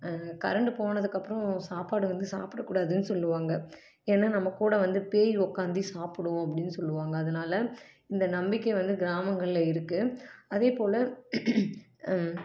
current போனதுக்கு அப்புறம் சாப்பாடு வந்து சாப்பிடக்கூடாதுன்னு சொல்லுவாங்க ஏன்னா நம்மகூட வந்து பேய் உட்காந்தி சாப்பிடும் அப்படின்னு சொல்லுவாங்க அதனால இந்த நம்பிக்கை வந்து கிராமங்களில் இருக்கு அதேபோல்